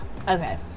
okay